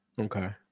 Okay